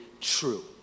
true